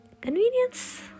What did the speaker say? convenience